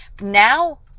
now